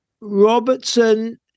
Robertson